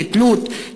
לתלות,